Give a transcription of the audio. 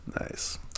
Nice